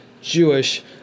Jewish